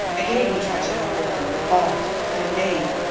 again he tried to have vergor recalled, but in vain.